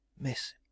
Miss